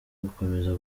gukomeza